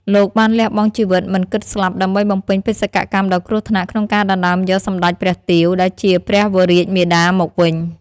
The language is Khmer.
លោកបានលះបង់ជីវិតមិនគិតស្លាប់ដើម្បីបំពេញបេសកកម្មដ៏គ្រោះថ្នាក់ក្នុងការដណ្តើមយកសម្តេចព្រះទាវ ដែលជាព្រះវររាជមាតាមកវិញ។